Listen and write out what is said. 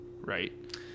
right